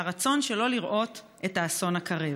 והרצון שלא לראות את האסון הקרב.